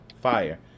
Fire